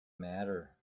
matter